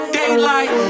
daylight